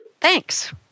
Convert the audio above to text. Thanks